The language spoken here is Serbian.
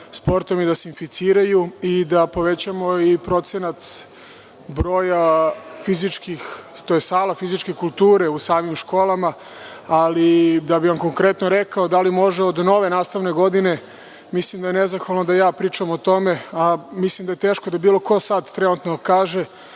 sportom i da se inficiraju i da povećamo i procenat broja sala fizičke kulture u samim školama, ali da bih vam konkretno rekao da li može od nove nastavne godine, mislim da je nezahvalno da ja pričam o tome, a mislim i da je teško da bilo ko sada trenutno kaže.